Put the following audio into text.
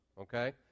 okay